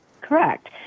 correct